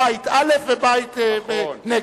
בית א' ובית נגבה,